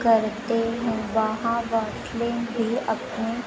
करते हैं वहाँ बॉटलिंग भी अपने